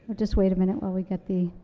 just wait a minute while we get the.